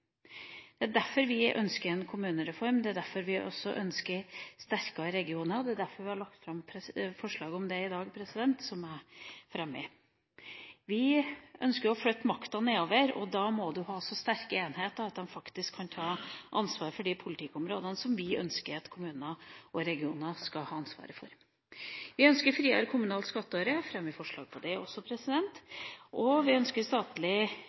Det er derfor vi ønsker en kommunereform, det er derfor vi også ønsker sterkere regioner, og det er derfor vi har lagt fram forslag om det i dag, som jeg fremmer. Vi ønsker å flytte makta nedover, og da må en ha så sterke enheter at de faktisk kan ta ansvar for de politikkområdene som vi ønsker at kommuner og regioner skal ha ansvaret for. Vi ønsker friere kommunalt skattøre – vi fremmer forslag om det også – og vi ønsker